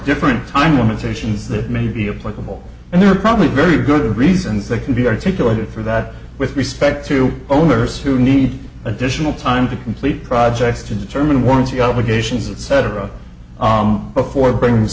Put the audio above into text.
different time limitations that may be a portable and there are probably very good reasons that can be articulated for that with respect to owners who need additional time to complete projects to determine warranty obligations at cetera before bring